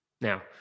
Now